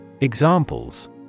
Examples